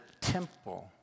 temple